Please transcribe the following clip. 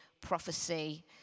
prophecy